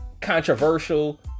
controversial